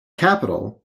capital